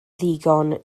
ddigon